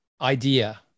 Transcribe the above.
idea